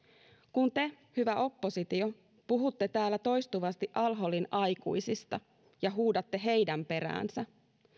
kun te hyvä oppositio puhutte täällä toistuvasti al holin aikuisista ja huudatte heidän peräänsä